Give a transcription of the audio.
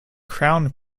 crown